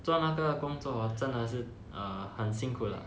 做那个工作真的是很辛苦了